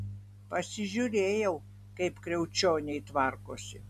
pasižiūrėjau kaip kriaučioniai tvarkosi